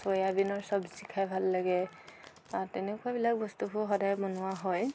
চয়াবিনৰ চবজি খাই ভাল লাগে তেনেকুৱা বিলাক বস্তুভোৰ সদায় বনোৱা হয়